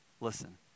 Listen